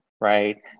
Right